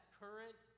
current